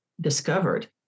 discovered